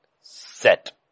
set